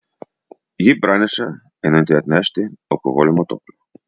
ji praneša einanti atnešti alkoholio matuoklio